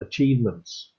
achievements